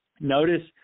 Notice